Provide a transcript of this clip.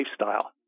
lifestyle